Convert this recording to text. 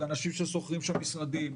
אנשים ששוכרים שם משרדים,